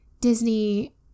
Disney